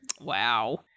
Wow